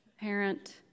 parent